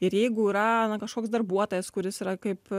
ir jeigu yra na kažkoks darbuotojas kuris yra kaip